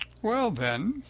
well, then,